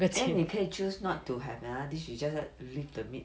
then 你可以 choose not to have another dish you just leave the meat